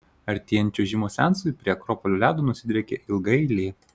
artėjant čiuožimo seansui prie akropolio ledo nusidriekia ilga eilė